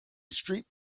street